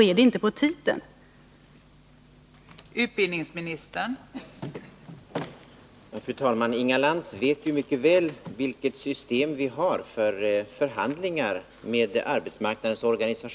Är det inte på tiden att det händer någonting?